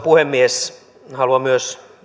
puhemies haluan myös